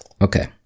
Okay